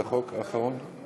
פעם אחת הספיק לי.